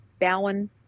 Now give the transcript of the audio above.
Bowen